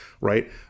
right